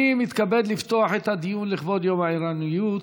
אני מתכבד לפתוח את הדיון לכבוד יום העירוניות,